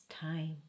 time